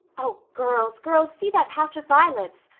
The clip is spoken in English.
oh, girls, girls, see that patch of violets!